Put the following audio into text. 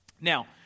Now